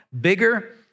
bigger